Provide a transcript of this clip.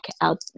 out